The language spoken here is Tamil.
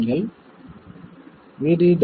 நீங்கள் VD ஐ 0